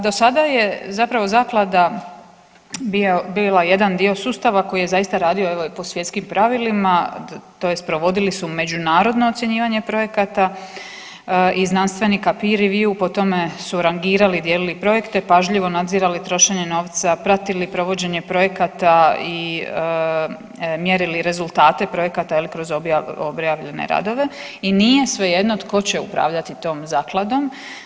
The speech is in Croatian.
Do sada je zapravo zaklada bila jedan dio sustava koji je zaista radio evo i po svjetskim pravilima tj. provodili su međunarodno ocjenjivanje projekata i znanstvenika …/nerazumljivo/… po tome su rangirali, dijelili projekte, pažljivo nadzirali trošenje novca, pratili provođenje projekata i mjerili rezultate projekata jel kroz objavljene radove i nije svejedno tko će upravljati tom zakladnom.